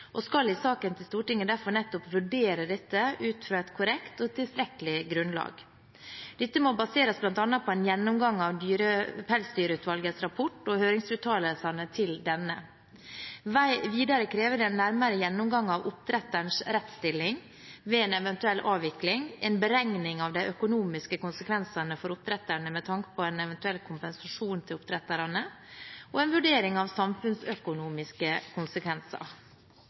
og skal i saken til Stortinget derfor nettopp vurdere dette ut fra et korrekt og tilstrekkelig grunnlag. Dette må baseres bl.a. på en gjennomgang av Pelsdyrutvalgets rapport og høringsuttalelsene til denne. Videre krever det en nærmere gjennomgang av oppdretternes rettsstilling ved en eventuell avvikling, en beregning av de økonomiske konsekvensene for oppdretterne med tanke på en eventuell kompensasjon til oppdretterne og en vurdering av samfunnsøkonomiske konsekvenser.